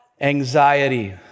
anxiety